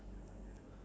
K so